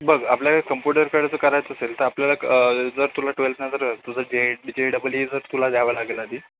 बघ आपल्याकडे कंप्यूटरकडे जर करायचं असेल तर आपल्याला जर तुला ट्वेल्थनंतर तुझं जे जे डबल ई तुला द्यावं लागेल आधी